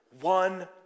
one